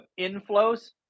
inflows